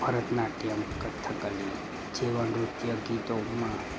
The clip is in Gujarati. ભરતનાટ્યમ કથકલિ જેવા નૃત્ય ગીતોમાં